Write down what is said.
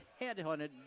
headhunted